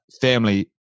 family